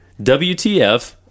WTF